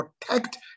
protect